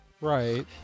Right